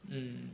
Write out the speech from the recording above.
mm